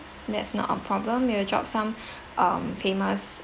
that's not a problem we'll drop some um famous